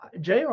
JR